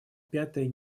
пятое